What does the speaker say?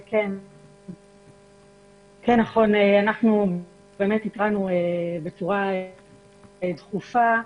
נכון, אנחנו התרענו בצורה דחופה,